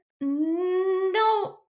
No